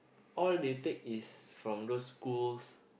all they take is from those schools